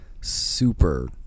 super